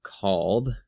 called